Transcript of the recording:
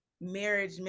marriage